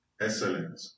Excellent